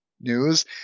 news